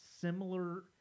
similar